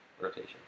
rotation